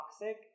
toxic